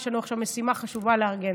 יש לנו עכשיו משימה חשובה לארגן.